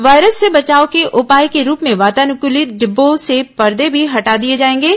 virus से बचाव के उपाय के रूप में वातानुकूलित डिब्बों से पर्दे भी हटा दिये जाएंगे